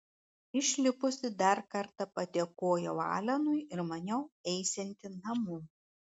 išlipusi dar kartą padėkojau alenui ir maniau eisianti namo